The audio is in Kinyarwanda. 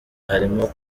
harimo